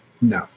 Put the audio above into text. No